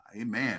amen